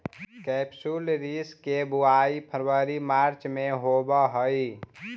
केपसुलरिस के बुवाई फरवरी मार्च में होवऽ हइ